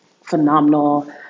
phenomenal